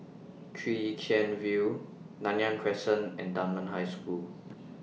Chwee Chian View Nanyang Crescent and Dunman High School